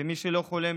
ומי שלא חולם,